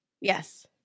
Yes